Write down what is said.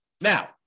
Now